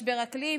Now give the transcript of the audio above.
משבר אקלים,